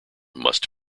must